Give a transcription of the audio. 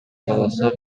кааласа